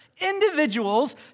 Individuals